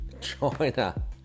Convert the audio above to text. China